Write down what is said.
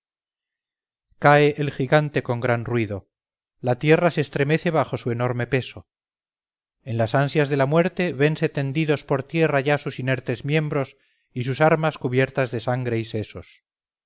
cae el gigante con gran ruido la tierra se estremece bajo su enorme peso en las ansias de la muerte vense tendidos por tierra sus ya inertes miembros y sus armas cubiertas de sangre y sesos